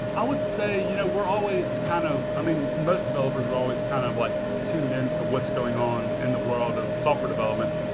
i would say you know we're always kind of um most developers are always kind of like tuned in to what's going on in the world of software development.